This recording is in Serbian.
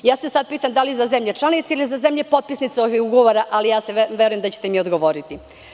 Sada se pitam da li za zemlje članice ili za zemlje potpisnice ovog ugovora, a ja verujem da ćete mi odgovoriti.